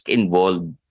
involved